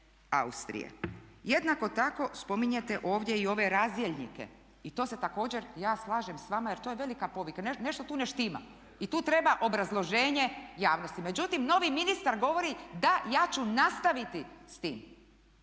Austrije? Jednako tako spominjete ovdje i ove razdjelnike. I to se također ja slažem s vama jer to je velika pogreška, nešto tu ne štima. Tu treba obrazloženje javnosti. Međutim novi ministar govori da ja ću nastaviti s tim.